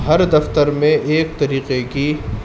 ہر دفتر میں ایک طریقے کی